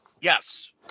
Yes